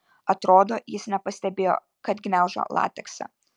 atrodo jis nepastebėjo kad gniaužo lateksą